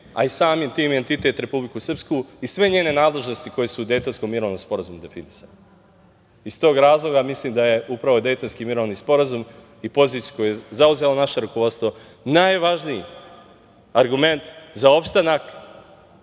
a i samim tim i entitet Republiku Srpsku i sve njene nadležnosti koje su u Dejtonskom mirovnom sporazumu definisane. Iz tog razloga mislim da je upravo Dejtonski mirovni sporazum i poziciju koju je zauzelo naše rukovodstvo najvažniji argument za opstanak,